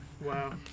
Wow